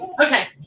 Okay